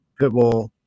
Pitbull